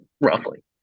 roughly